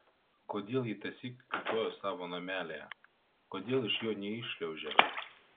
kodėl ji tąsyk kiūtojo savo namelyje kodėl iš jo neiššliaužė